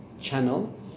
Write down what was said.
channel